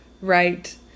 right